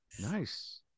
nice